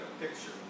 picture